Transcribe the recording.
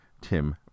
Tim